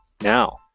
Now